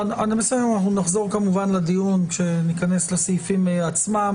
אנחנו נחזור כמובן לדיון כשניכנס לסעיפים עצמם.